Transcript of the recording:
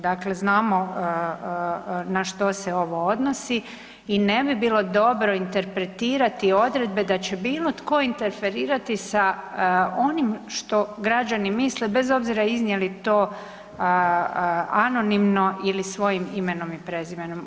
Dakle, znamo na što se ovo odnosi i ne bi bilo dobro interpretirati odredbe da će bilo tko interferirati sa onim što građani misle, bez obzira iznijeli to anonimno ili svojim imenom i prezimenom.